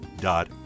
dot